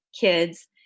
kids